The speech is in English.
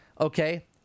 okay